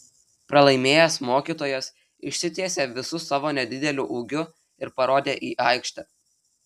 pralaimėjęs mokytojas išsitiesė visu savo nedideliu ūgiu ir parodė į aikštę